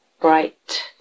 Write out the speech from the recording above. bright